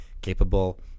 capable